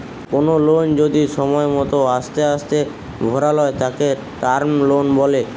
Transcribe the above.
কোনো লোন যদি সময় মতো আস্তে আস্তে ভরালয় তাকে টার্ম লোন বলে